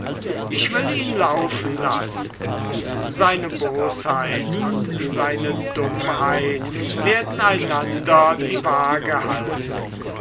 ich will ihn laufen lassen seine bosheit und seine dummheit werden einander schon die waage halten